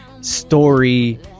story